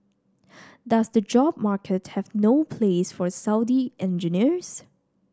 does the job market have no place for Saudi engineers